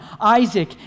Isaac